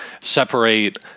separate